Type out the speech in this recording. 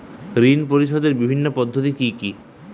ঋণ পরিশোধের বিভিন্ন পদ্ধতি কি কি?